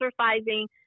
exercising